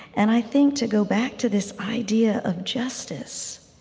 and i think, to go back to this idea of justice,